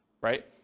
right